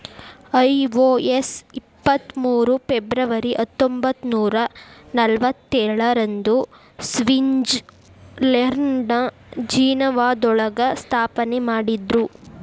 IOS ಇಪ್ಪತ್ ಮೂರು February ಹತ್ತೊಂಬತ್ನೂರಾ ನಲ್ವತ್ತೇಳ ರಂದು ಸ್ವಿಟ್ಜರ್ಲೆಂಡ್ನ ಜಿನೇವಾದೊಳಗ ಸ್ಥಾಪನೆಮಾಡಿದ್ರು